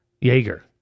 Jaeger